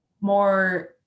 more